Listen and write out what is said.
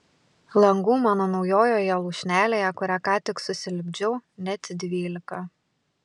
langų mano naujoje lūšnelėje kurią ką tik susilipdžiau net dvylika